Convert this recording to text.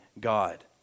God